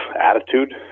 attitude